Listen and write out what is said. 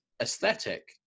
aesthetic